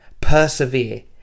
Persevere